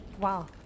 Wow